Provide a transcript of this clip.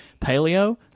paleo